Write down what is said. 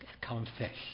confess